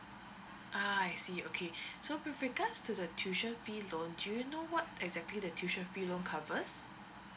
ah I see okay so with regards to the tuition fee loan do you know what exactly the tuition loan covers